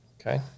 Okay